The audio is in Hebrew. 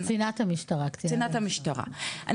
קצינת המשטרה,